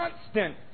constant